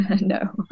No